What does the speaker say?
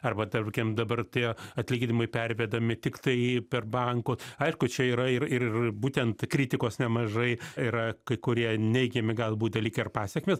arba tarkim dabar tie atlyginimai pervedami tiktai per banku aišku čia yra ir ir būtent kritikos nemažai yra kai kurie neigiami galbūt dalykai ar pasekmės